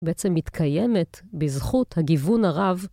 בעצם מתקיימת בזכות הגיוון הרב.